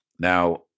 Now